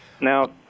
Now